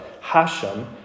Hashem